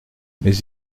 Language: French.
mais